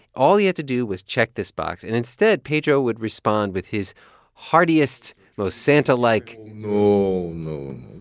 all he had to do was check this box. and instead, pedro would respond with his heartiest, most santa-like. no, no,